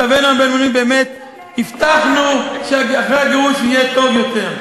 מצבנו הבין-לאומי השתפר מאוד.